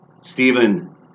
Stephen